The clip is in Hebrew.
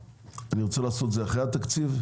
אני רוצה לעשות את זה אחרי התקציב,